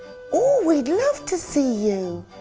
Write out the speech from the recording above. oh, we'd love to see you.